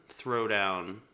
throwdown